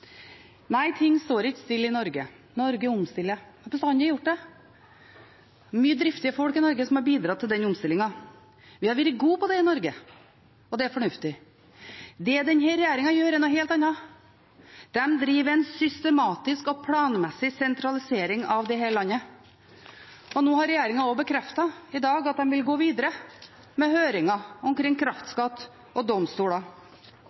Nei, ting står ikke stille i Norge. Norge omstiller og har bestandig gjort det. Det er mange driftige folk i Norge som har bidratt til den omstillingen. Vi har vært gode på det i Norge, og det er fornuftig. Det denne regjeringen gjør, er noe helt annet. De driver en systematisk og planmessig sentralisering av dette landet, og regjeringen har bekreftet i dag at de vil gå videre med høringer omkring kraftskatt og domstoler.